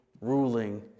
ruling